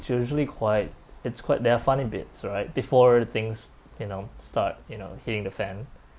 it's usually quite it's quite there are funny bits right before things you know start you know hitting the fan